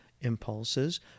impulses